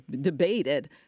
debated